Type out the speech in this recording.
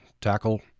tackle